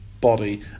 body